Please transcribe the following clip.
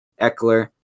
Eckler